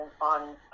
on